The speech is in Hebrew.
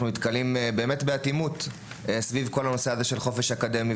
אנחנו נתקלים באטימות סביב נושא החופש האקדמי.